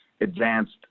advanced